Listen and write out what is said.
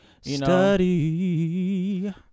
Study